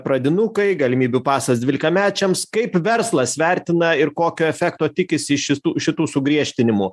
pradinukai galimybių pasas dvylikamečiams kaip verslas vertina ir kokio efekto tikisi iš šitų šitų sugriežtinimų